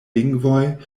lingvoj